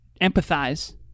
empathize